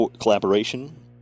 collaboration